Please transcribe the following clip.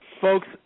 Folks